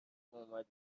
اومد